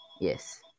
Yes